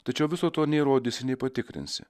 tačiau viso to neįrodysi nepatikrinsi